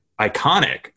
iconic